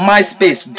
MySpace